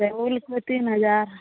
टेबलके तीन हजार